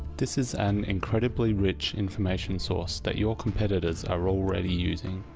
this is an incredibly rich information source that your competitors are already using.